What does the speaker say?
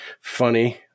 funny